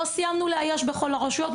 לא סיימנו לאייש בכל הרשויות,